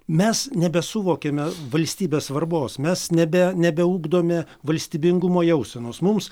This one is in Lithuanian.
mes nebesuvokiame valstybės svarbos mes nebe nebeugdome valstybingumo jausenos mums